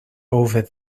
over